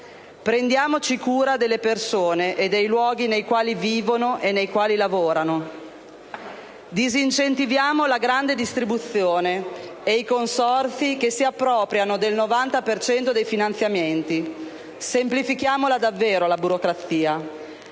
Prendiamoci cura delle persone e dei luoghi nei quali vivono e lavorano. Disincentiviamo la grande distribuzione e i consorzi che si appropriano del 90 per cento dei finanziamenti. Semplifichiamo davvero la burocrazia.